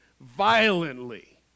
violently